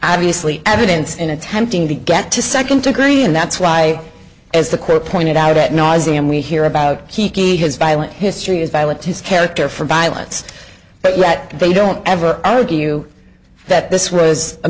obviously evidence in attempting to get to second degree and that's why as the court pointed out it nauseum we hear about kiki his violent history is violent his character for violence but yet they don't ever argue that this was a